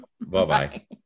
Bye-bye